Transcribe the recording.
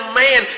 man